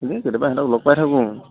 এনে কেতিয়াবা সিহঁতক লগ পাই থাকোঁ আৰু